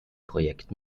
projekt